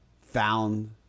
found